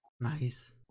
Nice